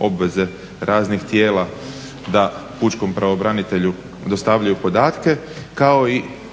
obveze radnih tijela da pučkom pravobranitelju dostavljaju podatke kao i